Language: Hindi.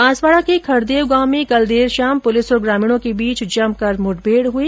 बांसवाड़ा के खड़देव गांव में कल देर शाम पुलिस और ग्रामीणों के बीच जमकर मुठभेड़ हुई